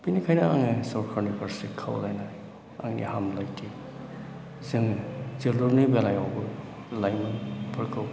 बेनिखायनो आङो सरकारनि फारसे खावलायनाय आंनि हामब्लायथि जोङो जोलुरनि बेलायावबो लाइमोनफोरखौ